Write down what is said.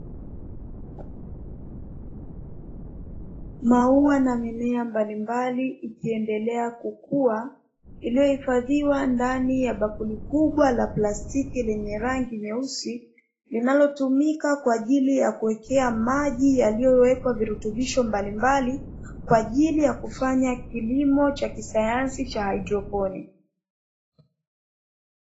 Maua na mimea mbalimbali ikiendelea kukua iliyo hifadhiwa ndani ya bakuli kubwa la plastiki lenye rangi nyeusi linalotumika kwaajili ya kuwekea maji yaliyowekwa virutubisho mbalimbali kwaajili ya kufanya kilimo cha kisayansi cha haidroponi.